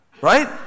right